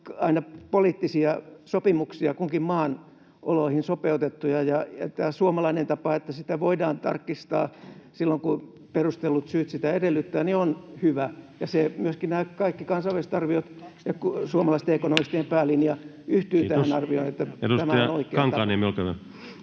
aina poliittisia sopimuksia, kunkin maan oloihin sopeutettuja, ja tämä suomalainen tapa, että niitä voidaan tarkistaa silloin, kun perustellut syyt sitä edellyttävät, on hyvä, ja myöskin nämä kaikki kansainväliset arviot ja suomalaisten ekonomistien päälinja yhtyivät [Puhemies: Kiitos!] tähän arvioon, että